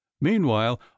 Meanwhile